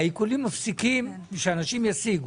העיקולים מפסיקים כדי שהאנשים ישיגו.